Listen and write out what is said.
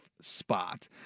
spot